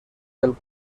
del